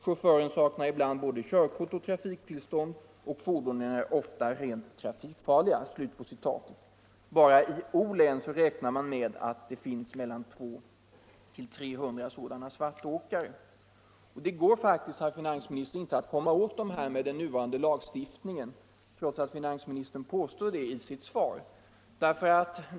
Chauffören saknar ibland både körkort och trafiktillstånd och fordonen är ofta rent trafikfarliga.” Bara i O-län räknar man med att det finns mellan 200 och 300 sådana svartåkare. Det går faktiskt, herr finansminister, inte att komma åt dessa särskilt lätt med nuvarande lagstiftning trots att finansministern påstår det i sitt svar.